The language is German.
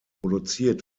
produziert